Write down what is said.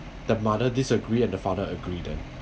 the mother disagree and the father agree then